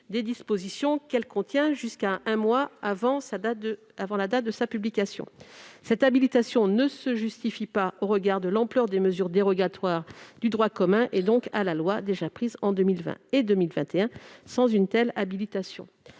des dispositions qu'elle contient jusqu'à un mois avant la date de sa publication. Cette habilitation ne se justifie pas, au regard de l'ampleur des mesures dérogatoires au droit commun, et donc à la loi, déjà prises en 2020 et 2021 sans une telle habilitation.